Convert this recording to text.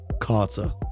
carter